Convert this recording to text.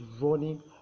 running